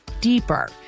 deeper